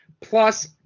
plus